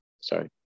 Sorry